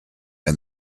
and